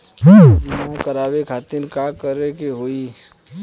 फसल बीमा करवाए खातिर का करे के होई?